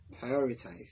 prioritize